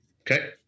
Okay